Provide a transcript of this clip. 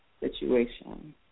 situation